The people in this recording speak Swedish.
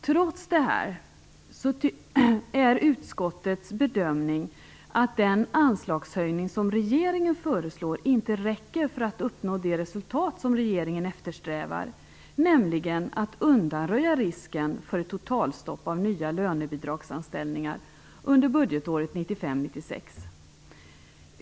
Trots detta är utskottets bedömning att den anslagshöjning som regeringen föreslår inte räcker för att uppnå det resultat som regeringen eftersträvar, nämligen att undanröja risken för totalstopp av nya lönebidragsanställningar under budgetåret 1995/96.